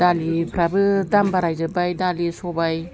दालिफ्राबो दाम बारायजोब्बाय दालि सबाइ